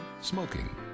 Smoking